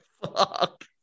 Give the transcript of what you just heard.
Fuck